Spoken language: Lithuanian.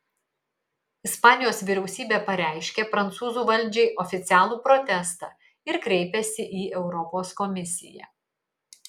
ispanijos vyriausybė pareiškė prancūzų valdžiai oficialų protestą ir kreipėsi į europos komisiją